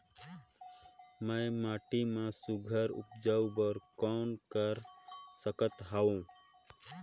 मैं माटी मा सुघ्घर उपजाऊ बर कौन कर सकत हवो?